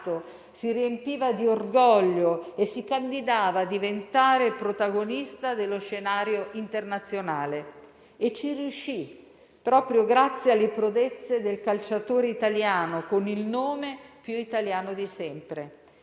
si riempiva di orgoglio e si candidava a diventare protagonista dello scenario internazionale. E ci riuscì proprio grazie alle prodezze del calciatore italiano con il nome più italiano di sempre,